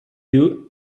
you